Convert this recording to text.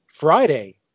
Friday